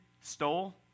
stole